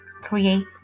create